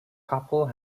couple